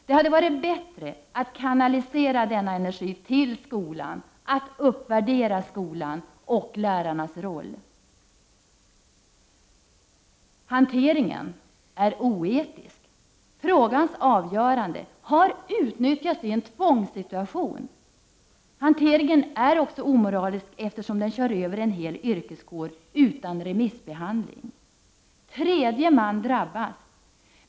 Det hade varit bättre att kanalisera denna energi till skolan genom att uppvärdera skolan och lärarnas roll. Hanteringen är oetisk. Frågans avgörande har utnyttjats i en tvångssituation. Hanteringen är också omoralisk, eftersom den innebär att en hel yrkeskår körs över genom att någon remissbehandling inte har skett. Tredje man drabbas.